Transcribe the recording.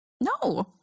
No